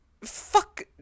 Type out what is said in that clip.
Fuck